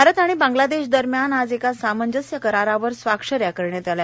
भारत आणि बांग्लादेश दरम्यान आज एका सामंजस्य करारावर स्वाक्षऱ्या करण्यात आल्या